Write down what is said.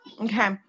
Okay